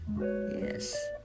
Yes